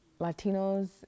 Latinos